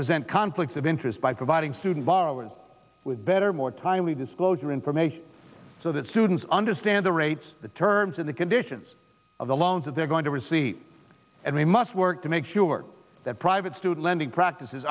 present conflicts of interest by providing student borrowers with better more timely disclosure information so that students understand the rates the terms of the conditions of the loans that they're going to receive and we must work to make sure that private stude lending practices